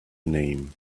name